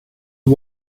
you